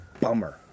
bummer